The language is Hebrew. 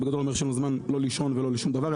זה אומר שאין לו זמן לא לישון ולא לשום דבר,